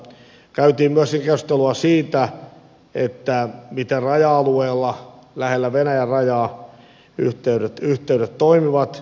käytiin myöskin keskustelua siitä miten raja alueella lähellä venäjän rajaa yhteydet toimivat